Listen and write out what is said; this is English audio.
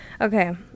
Okay